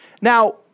Now